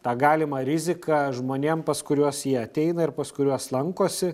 tą galimą riziką žmonėm pas kuriuos jie ateina ir pas kuriuos lankosi